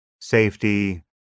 safety